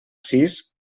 sis